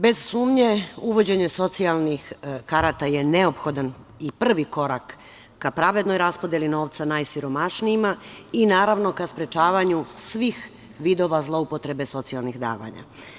Bez sumnje, uvođenje socijalnih karata je neophodan i prvi korak ka pravednoj raspodeli novca najsiromašnijima i naravno ka sprečavanju svih vidova zloupotrebe socijalnih davanja.